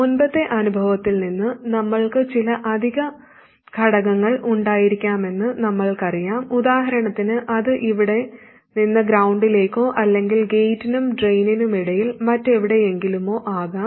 മുമ്പത്തെ അനുഭവത്തിൽ നിന്ന് നമ്മൾക്ക് ചില അധിക ഘടകങ്ങൾ ഉണ്ടായിരിക്കാമെന്ന് നമ്മൾക്കറിയാം ഉദാഹരണത്തിന് അത് ഇവിടെ നിന്ന് ഗ്രൌണ്ടിലേക്കോ അല്ലെങ്കിൽ ഗേറ്റിനും ഡ്രെയിനിനുമിടയിൽ മറ്റെവിടെയെങ്കിലുമോ ആകാം